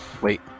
wait